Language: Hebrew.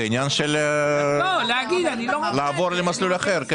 זה עניין של לעבור למסלול אחר.